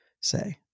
say